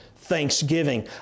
thanksgiving